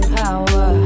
power